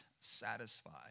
satisfied